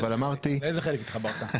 לאיזה חלק התחברת?